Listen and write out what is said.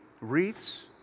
wreaths